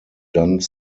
done